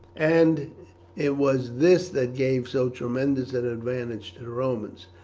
and it was this that gave so tremendous an advantage to the romans.